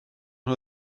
nhw